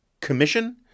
commission